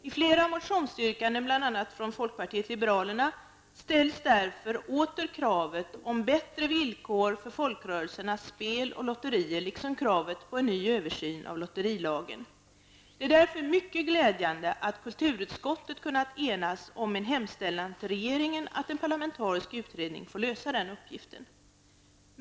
I flera motionsyrkanden, bl.a. från folkpartiet liberalerna, ställs därför åter kravet om bättre villkor för folkrörelsernas spel och lotterier liksom kravet på en ny översyn av lotterilagen. Det är därför mycket glädjande att kulturutskottet kunnat enas om en hemställan till regeringen att en parlamentarisk utredning får lösa den uppgiften.